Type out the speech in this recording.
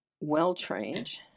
well-trained